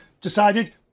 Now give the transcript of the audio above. decided